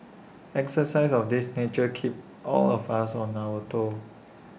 exercises of this nature keep all of us on our toes